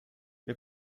wir